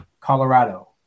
Colorado